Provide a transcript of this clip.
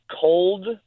cold